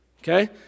okay